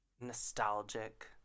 nostalgic